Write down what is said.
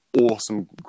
awesome